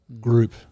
group